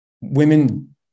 Women